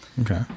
Okay